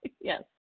Yes